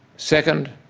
second,